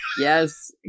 Yes